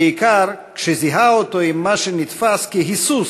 בעיקר כשזיהה אותו עם מה שנתפס כהיסוס